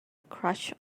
crush